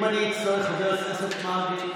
אם אני אצטרך, חבר הכנסת מרגי,